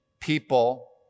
people